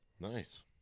Nice